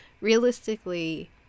realistically